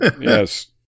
Yes